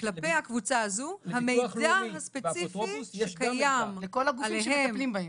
כלפי הקבוצה הזאת המידע הספציפי קיים עליהם